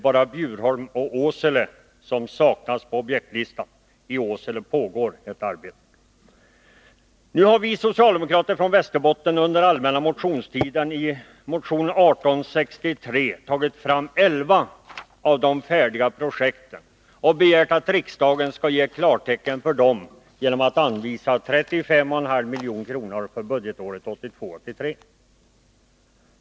Bara Bjurholm och Åsele saknas på objektlistan. I Åsele pågår ett arbete. Nu har vi socialdemokrater från Västerbotten under allmänna motionstiden i motion 1863 tagit fram 11 av de färdiga projekten och begärt att riksdagen skall ge klartecken för dem genom att anvisa 35,5 milj.kr. för budgetåret 1982/83.